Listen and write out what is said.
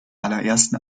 allerersten